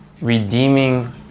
redeeming